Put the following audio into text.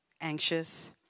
anxious